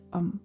om